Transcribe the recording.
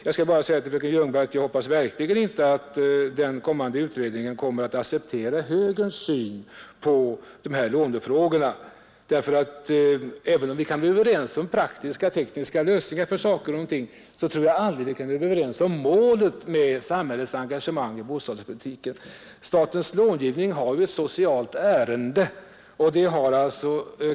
Men jag hoppas verkligen inte, fröken Ljungberg, att den kommande utredningen accepterar moderaternas syn på lånefrågorna. Även om vi kan bli överens om många praktiska tekniska lösningar tror jag ändå aldrig att vi kan bli överens om målet för samhällets engagemang i bostadspolitiken. Statens långivning har ju ett socialt ärende.